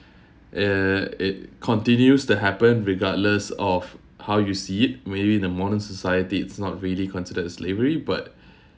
it it continues to happen regardless of how you see it maybe in the modern society it's not really considered as slavery but